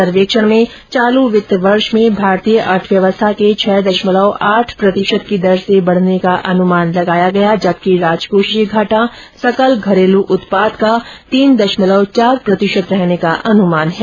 सर्वेक्षण में चालू वित्त वर्ष में भारतीय अर्थव्यवस्था के छह दशमलव आठ प्रतिशत की दर से बढ़ने का अनुमान लगाया गया है जबकि राजकोषीय घाटा सकल घरेलू उत्पाद का तीन दशमलव चार प्रतिशत रहने का अनुमान है